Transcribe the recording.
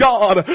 God